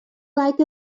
like